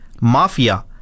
mafia